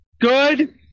good